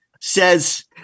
says